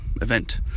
event